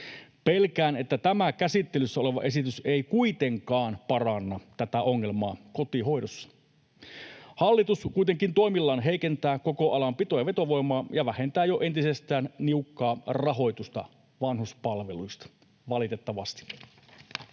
Pelkään, että tämä käsittelyssä oleva esitys ei kuitenkaan paranna tätä ongelmaa kotihoidossa. Hallitus kuitenkin toimillaan heikentää koko alan pito- ja vetovoimaa ja vähentää jo entisestään niukkaa rahoitusta vanhuspalveluista — valitettavasti.